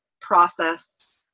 process